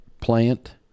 plant